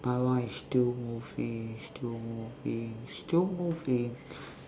my one is still moving still moving still moving